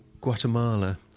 Guatemala